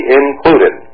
included